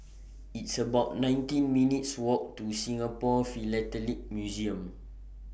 It's about nineteen minutes' Walk to Singapore Philatelic Museum